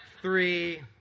Three